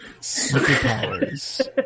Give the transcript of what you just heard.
Superpowers